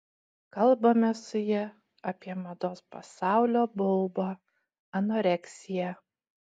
kalbamės su ja apie mados pasaulio baubą anoreksiją